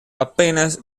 apenas